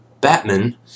Batman